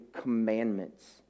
commandments